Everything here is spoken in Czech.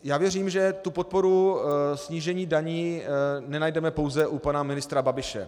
Já věřím, že podporu snížení daní nenajdeme pouze u pana ministra Babiše.